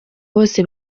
bose